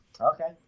Okay